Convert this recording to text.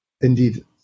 indeed